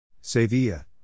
Sevilla